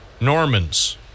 Norman's